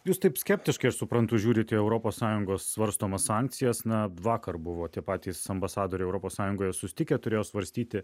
jūs taip skeptiškai aš suprantu žiūrit europos sąjungos svarstomas sankcijas na vakar buvo tie patys ambasadoriai europos sąjungoje susitikę turėjo svarstyti